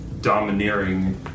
domineering